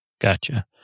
Gotcha